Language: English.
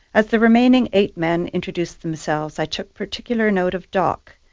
as the remaining eight men introduced themselves, i took particular note of doc,